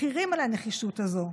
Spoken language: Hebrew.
מחירים על הנחישות הזו,